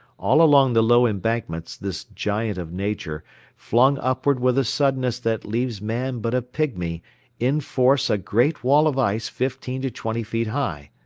all along the low embankments this giant of nature flung upward with a suddenness that leaves man but a pigmy in force a great wall of ice fifteen to twenty feet high,